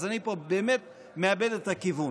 אז פה אני באמת מאבד את הכיוון.